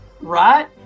right